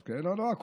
זה אתה מדבר, אורי?